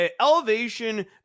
Elevation